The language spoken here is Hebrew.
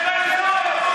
ווליד, קראתי אותך לסדר.